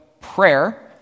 prayer